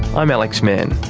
i'm alex mann.